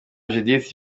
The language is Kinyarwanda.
judith